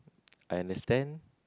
I understand